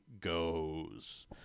goes